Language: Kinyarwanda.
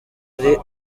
ari